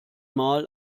mal